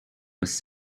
was